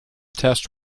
test